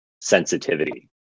sensitivity